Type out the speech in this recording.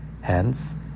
Hence